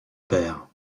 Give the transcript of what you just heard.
père